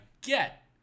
get